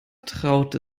traute